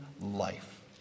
life